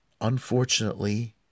Unfortunately